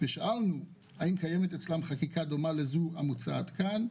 שאלנו האם קיימת אצלם חקיקה הדומה לזו המוצעת כאן,